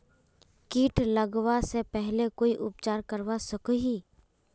किट लगवा से पहले कोई उपचार करवा सकोहो ही?